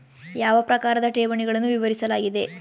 ಯಾವ ಪ್ರಕಾರದ ಠೇವಣಿಗಳನ್ನು ವಿವರಿಸಲಾಗಿದೆ?